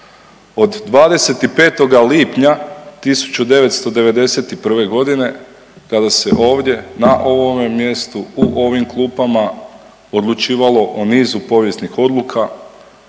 Od 25. lipnja 1991. godine kada se ovdje na ovome mjestu u ovim klupama odlučivalo o nizu povijesnih odluka,